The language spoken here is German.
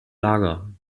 lager